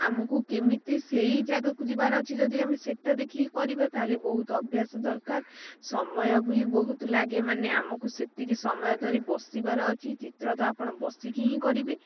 ଆମକୁ କେମିତି ସେଇ ଯାଗାକୁ ଯିବାର ଅଛି ଯଦି ଆମେ ସେଇଟା ଦେଖିକି କରିବା ତା'ହେଲେ ବହୁତ ଅଭ୍ୟାସ ଦରକାର ସମୟ ବି ବହୁତ ଲାଗେ ମାନେ ଆମକୁ ସେତିକି ସମୟ ଧରି ବସିବାର ଅଛି ଚିତ୍ର ତ ଆପଣ ବସିକି ହିଁ କରିବେ